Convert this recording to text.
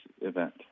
event